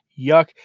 yuck